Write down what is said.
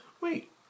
Wait